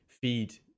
feed